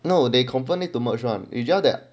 nowadays confirm need to merge [one] it's just that